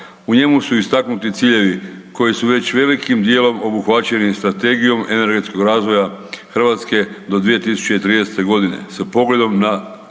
U njemu su istaknuti ciljevi koji su već velikim dijelom obuhvaćeni Strategijom energetskog razvoja Hrvatske do 2030.g. sa pogledom na